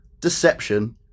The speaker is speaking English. deception